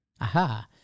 Aha